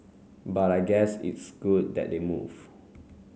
but I guess it's good that they move